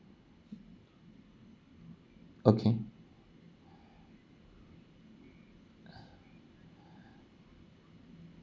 okay